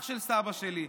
אח של סבא שלי,